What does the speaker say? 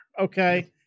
Okay